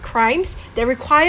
crimes that require